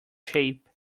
shape